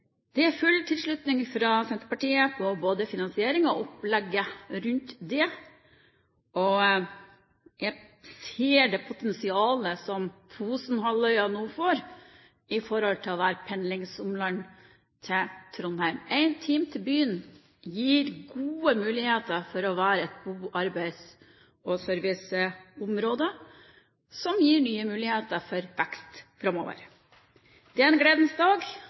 Det er full tilslutning fra Senterpartiet til både finansieringen og opplegget rundt det. Jeg ser det potensialet som Fosenhalvøya nå får i forhold til å være pendlingsomland til Trondheim. «Ei tim' te by'n» gir gode muligheter for å være et godt arbeids- og serviceområde, som gir nye muligheter for vekst framover. Det er en gledens dag,